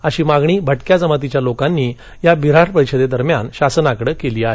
अशी मागणी भटक्या जमातीच्या लोकांनी या बिन्हाड परिषदे दरम्यान शासनाकडे केली आहे